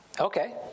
Okay